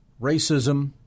racism